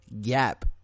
gap